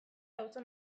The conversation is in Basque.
auzo